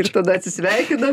ir tada atsisveikinam